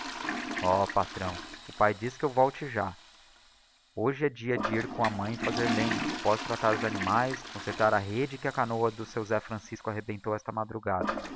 oh patrão o pae diz que eu volte já hoje é dia de ir com a mãe fazer lenha após tratar dos animaes concertar a rede que a canoa de seu zé francisco arrebentou esta madrugada